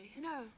No